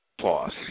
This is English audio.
Pause